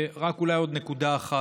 רק אולי עוד נקודה אחת: